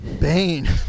Bane